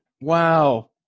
Wow